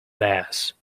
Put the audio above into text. theirs